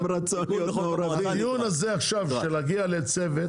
בדיון הזה שנגיע לצוות,